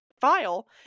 file